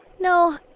No